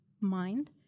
mind